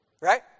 right